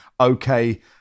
okay